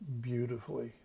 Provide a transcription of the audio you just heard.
beautifully